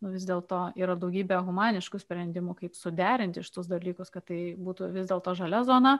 nu vis dėlto yra daugybė humaniškų sprendimų kaip suderinti iš tuos dalykus kad tai būtų vis dėlto žalia zona